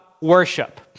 worship